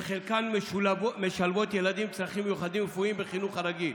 וחלקן משלבות ילדים עם צרכים מיוחדים ורפואיים בחינוך הרגיל.